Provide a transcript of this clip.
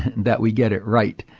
that we get it right.